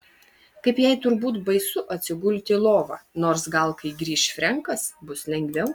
kaip jai turbūt baisu atsigulti į lovą nors gal kai grįš frenkas bus lengviau